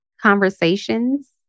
conversations